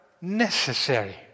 necessary